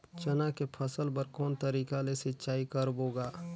चना के फसल बर कोन तरीका ले सिंचाई करबो गा?